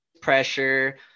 pressure